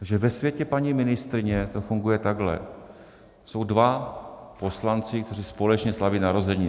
Takže ve světě paní ministryně to funguje takhle: Jsou dva poslanci, kteří společně slaví narozeniny.